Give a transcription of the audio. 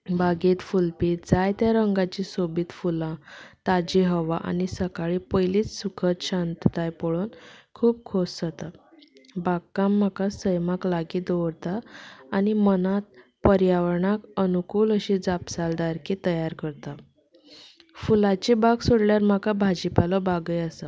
बागेंत फुलपी जायत्या रंगाचीं सोबीत फुलां ताजी हवा आनी सकाळी पयली सुखद शांतताय पळोवन खूब खोस जाता बागकाम म्हाका सैमाक लागीं दवरता आनी मनांत पर्यावरणाक अनुकूल अशी जापसालदारकी तयार करता फुलाची बाग सोडल्यार म्हाका बाजीपालो बागय आसा